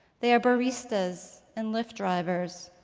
they are baristas and lyft drivers.